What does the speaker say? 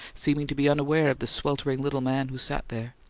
seeming to be unaware of the sweltering little man who sat there.